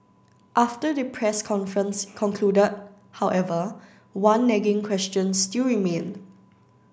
after the press conference concluded however one nagging question still remained